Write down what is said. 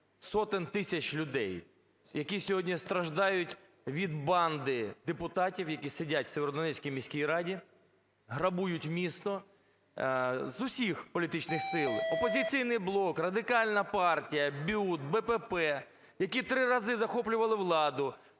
сотень тисяч людей, які сьогодні страждають від банди депутатів, які сидять в Сєвєродонецькій міській раді, грабують місто, з усіх політичних сил "Опозиційний блок", Радикальна партія, БЮТ, БПП, які три рази захоплювали владу,